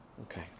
Okay